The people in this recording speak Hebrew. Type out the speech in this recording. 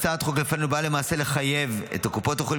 הצעת החוק שלפנינו באה למעשה לחייב את קופות החולים